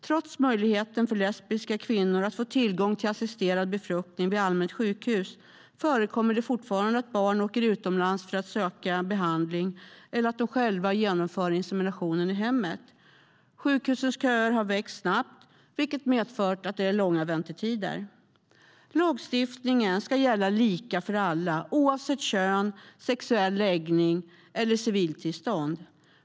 Trots möjligheten för lesbiska kvinnor att få tillgång till assisterad befruktning vid allmänt sjukhus förekommer det fortfarande att par åker utomlands för att söka behandling eller att de själva genomför inseminationen i hemmet. Sjukhusens köer har växt snabbt, vilket har medfört långa väntetider. Lagstiftningen ska gälla lika för alla oavsett kön, sexuell läggning och civilstånd.